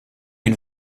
une